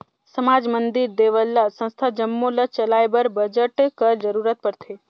समाज, मंदिर, देवल्ला, संस्था जम्मो ल चलाए बर बजट कर जरूरत परथे